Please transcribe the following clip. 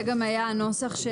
זה גם היה הנוסח.